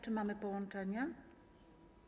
Czy mamy połączenie?